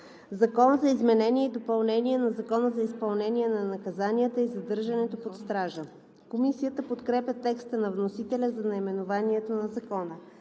„Закон за изменение и допълнение на Закона за изпълнение на наказанията и задържането под стража“.“ Комисията подкрепя текста на вносителя за наименованието на Закона.